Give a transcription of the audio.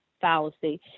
fallacy